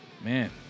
Man